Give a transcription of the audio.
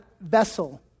vessel